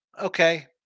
Okay